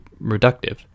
reductive